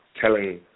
telling